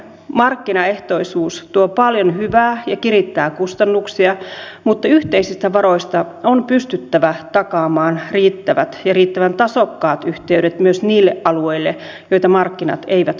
markkinaehtoisuus tuo paljon hyvää ja kirittää kustannuksia mutta yhteisistä varoista on pystyttävä takaamaan riittävät ja riittävän tasokkaat yhteydet myös niille alueille joita markkinat eivät hoida